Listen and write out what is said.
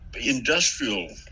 industrial